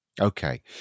Okay